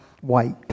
white